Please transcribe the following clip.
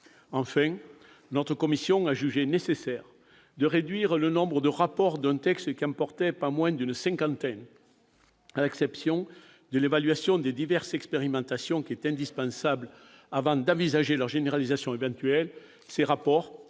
Enfin, la commission a jugé nécessaire de réduire le nombre de rapports sur un texte qui n'en comptait pas moins d'une cinquantaine. À l'exception de l'évaluation des diverses expérimentations, indispensable avant d'envisager une généralisation éventuelle, ces rapports,